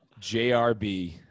JRB